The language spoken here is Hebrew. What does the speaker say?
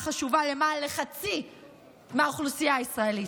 החשובה לחצי מהאוכלוסייה הישראלית.